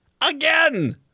Again